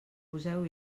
poseu